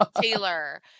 Taylor